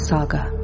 Saga